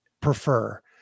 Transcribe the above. prefer